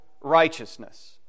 righteousness